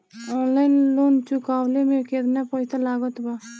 Online loan चुकवले मे केतना पईसा लागत बा?